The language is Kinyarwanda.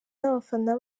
n’abafana